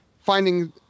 finding